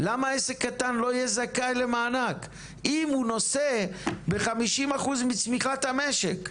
למה עסק קטן לא יהיה זכאי למענק אם הוא נושא ב-50% מצמיחת המשק?